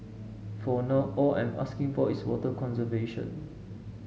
for now all I'm asking for is water conservation